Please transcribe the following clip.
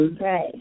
Right